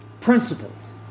principles